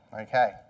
Okay